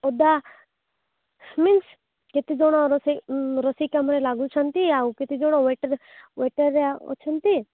ଓଦା ମିନ୍ସ୍ କେତେ ଦଣ ରୋଷେଇ ରୋଷେଇ କାମରେ ଲାଗୁଛନ୍ତି ଆଉ କେତେ ଜଣ ୱଟର୍ ୱଟର୍ରେ ଅଛନ୍ତି